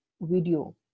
video